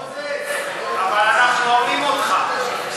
מוזס, אבל אנחנו אוהבים אותך.